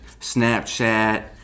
Snapchat